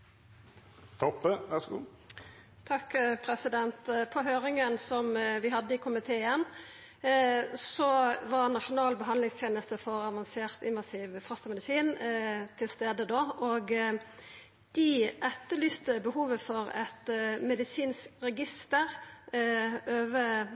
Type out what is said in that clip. Toppe var inne på, at praksisen på dette området var strengere under Arbeiderpartiets styring av Norge, da de satt med ansvaret for abortloven. I høyringa vi hadde i komiteen, var Nasjonal behandlingsteneste for avansert invasiv fostermedisin til stades. Dei etterlyste behovet for eit medisinsk register over